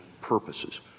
purposes